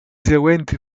seguenti